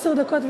עשר דקות.